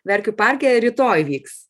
verkių parke rytoj vyks